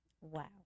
Wow